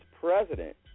president